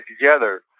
together